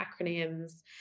acronyms